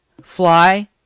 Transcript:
fly